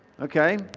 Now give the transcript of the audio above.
Okay